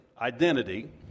identity